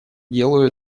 делаю